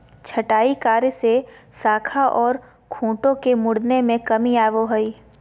छंटाई कार्य से शाखा ओर खूंटों के मुड़ने में कमी आवो हइ